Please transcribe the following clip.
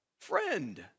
Friend